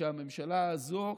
שהממשלה הזו,